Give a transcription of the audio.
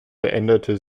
beendete